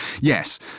yes